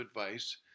advice